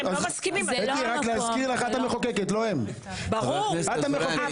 אתי, להזכיר לך את המחוקקת לא הם, את המחוקקת.